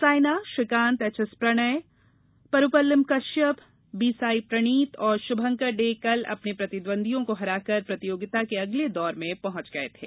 Saina Srikanth H S Prannoy Parupalli Kashyap B Sai Praneeth और शुभंकर डे कल अपने प्रतिद्वंद्वियों को हराकर प्रतियोगिता के अगले दौर में पहंच गए थे